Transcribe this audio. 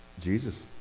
Jesus